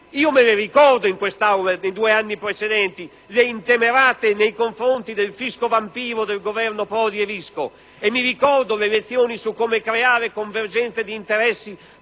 caso? Mi ricordo in quest'Aula, nei due anni precedenti, le intemerate nei confronti del fisco vampiro del Governo Prodi e Visco e mi ricordo le lezioni su come creare convergenze di interessi